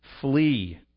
flee